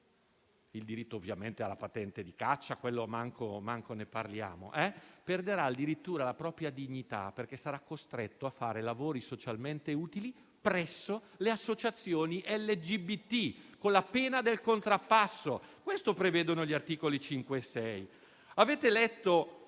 politica e ovviamente quello alla patente di caccia, ma addirittura la propria dignità, perché sarà costretto a fare lavori socialmente utili presso le associazioni LGBT, per la pena del contrappasso. Questo prevedono gli articoli 5 e 6. Avete letto